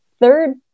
Third